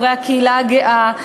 נגד חברי הקהילה הגאה,